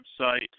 website